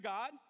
God